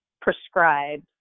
prescribed